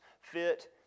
fit